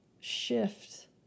shift